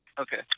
Okay